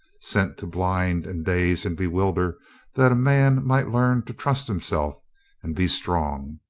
sent to blind and daze and bewilder that a man might learn to trust himself and be strong.